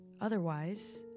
Otherwise